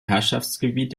herrschaftsgebiet